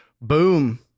Boom